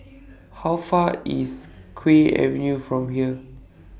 How Far IS Kew Avenue from here